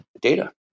data